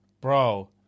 Bro